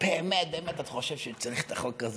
באמת באמת את חושבת שצריך את החוק הזה,